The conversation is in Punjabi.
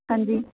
ਹਾਂਜੀ